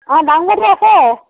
অ' দাংবডি আছে